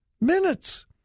minutes